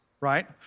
right